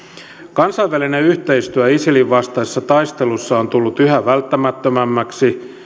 kansainvälinen yhteistyö isilin vastaisessa taistelussa on tullut yhä välttämättömämmäksi